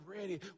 ready